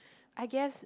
I guess